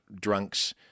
drunks